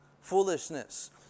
Foolishness